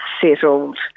settled